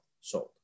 Sold